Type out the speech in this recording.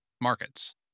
markets